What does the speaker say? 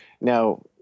now